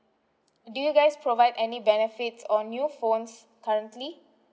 do you guys provide any benefits on new phones currently